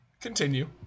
Continue